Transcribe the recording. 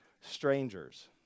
strangers